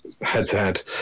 head-to-head